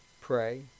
pray